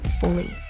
fully